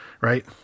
Right